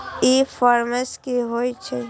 ई commerce की होए छै?